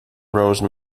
rose